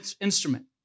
instrument